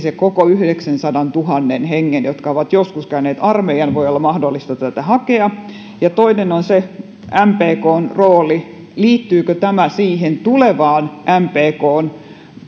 niiden kaikkien yhdeksänsadantuhannen hengen jotka ovat joskus käyneet armeijan voi olla mahdollista tätä hakea ja toinen on se mpkn rooli liittyykö tämä siihen tulevaan mpkn